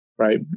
Right